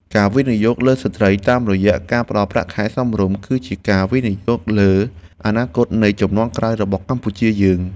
ការវិនិយោគលើស្ត្រីតាមរយៈការផ្តល់ប្រាក់ខែសមរម្យ គឺជាការវិនិយោគលើអនាគតនៃជំនាន់ក្រោយរបស់កម្ពុជាយើង។